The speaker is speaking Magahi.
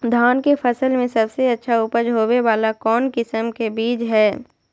धान के फसल में सबसे अच्छा उपज होबे वाला कौन किस्म के बीज हय?